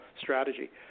strategy